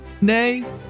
nay